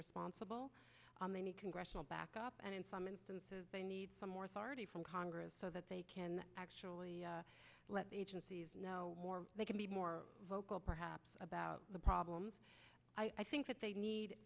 responsible on the congressional back up and in some instances they need some more authority from congress so that they can actually let agencies know they can be more vocal perhaps about the problems i think that they need